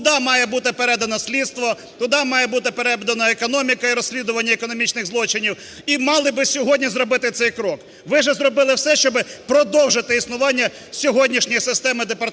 Туди має бути передано слідство, туди має бути передана економіка і розслідування економічних злочинів, і мали би сьогодні зробити цей крок. Ви ж зробили все, щоб продовжити існування сьогоднішньої системи департаменту